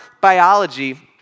biology